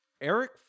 Eric